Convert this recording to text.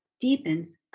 deepens